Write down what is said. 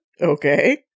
Okay